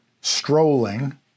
strolling